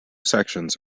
sections